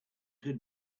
had